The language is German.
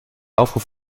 aufruf